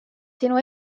sinu